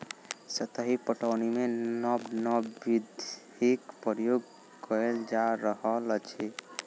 सतही पटौनीमे नब नब विधिक प्रयोग कएल जा रहल अछि